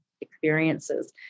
experiences